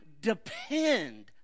depend